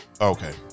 okay